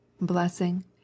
blessing